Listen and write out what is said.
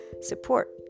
support